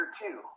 two